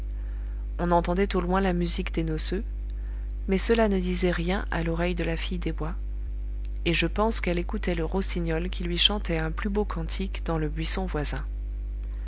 on entendait au loin la musique des noceux mais cela ne disait rien à l'oreille de la fille des bois et je pense qu'elle écoutait le rossignol qui lui chantait un plus beau cantique dans le buisson voisin